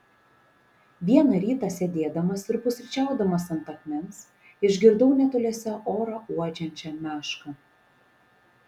vieną rytą sėdėdamas ir pusryčiaudamas ant akmens išgirdau netoliese orą uodžiančią mešką